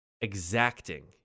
exacting